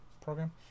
program